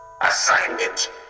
Assignment